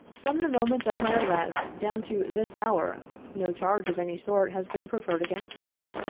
from the moment of my arrest down to this hour no charge of any sort has been preferred against me,